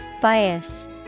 Bias